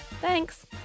Thanks